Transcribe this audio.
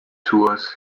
tours